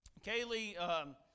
Kaylee